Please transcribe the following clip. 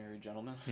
Gentlemen